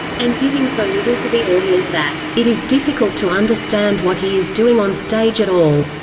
and giving so little to the audience that it is difficult to understand what he is doing on stage at all.